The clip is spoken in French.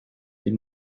les